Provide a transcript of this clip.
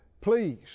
please